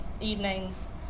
evenings